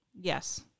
Yes